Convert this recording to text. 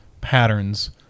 patterns